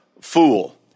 fool